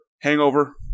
hangover